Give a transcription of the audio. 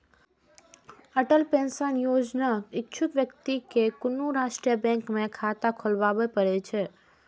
Atal pension योजनाक इच्छुक व्यक्ति कें कोनो राष्ट्रीय बैंक मे खाता खोलबय पड़ै छै